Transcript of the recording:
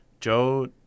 Joe